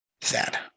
sad